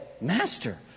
Master